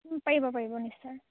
পাৰিব পাৰিব নিশ্চয়